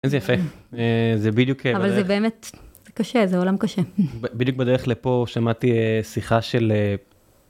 איזה יפה. זה בדיוק. אבל זה באמת קשה זה עולם קשה. בדיוק בדרך לפה שמעתי שיחה של.